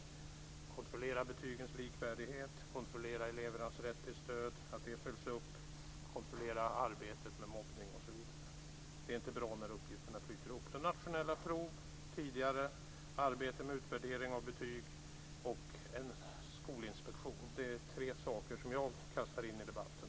Man ska kontrollera betygens likvärdighet, kontrollera att elevernas rätt till stöd följs upp, kontrollera arbetet med mobbning osv. Det är inte bra när uppgifterna flyter ihop. Tidigare nationella prov, arbete med utvärdering av betyg och en skolinspektion är tre förslag som jag kastar in i debatten.